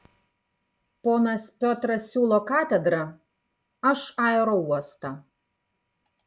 ponas piotras siūlo katedrą aš aerouostą